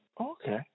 Okay